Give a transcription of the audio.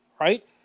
right